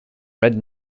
red